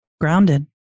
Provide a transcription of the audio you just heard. Grounded